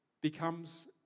becomes